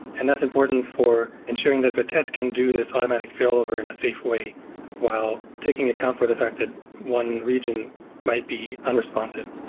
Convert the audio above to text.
and that's important for ensuring that vitess can do this automatic failover in a safe way while taking account for the fact that one region might be unresponsive.